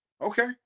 Okay